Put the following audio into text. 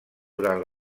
durant